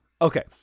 Okay